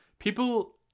People